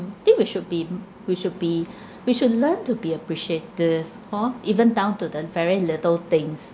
think we should be we should be we should learn to be appreciative hor even down to the very little things